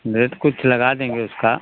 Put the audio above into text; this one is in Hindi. रेट कुछ लगा देंगे उसका